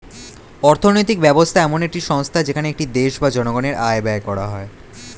অর্থনৈতিক ব্যবস্থা এমন একটি সংস্থা যেখানে একটি দেশ বা জনগণের আয় ব্যয় করা হয়